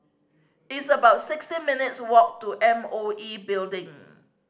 it's about sixteen minutes' walk to M O E Building